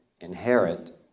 inherit